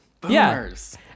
Boomers